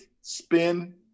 spin